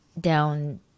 down